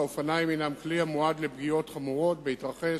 האופניים הם כלי המועד לפגיעות חמורות בהתרחש,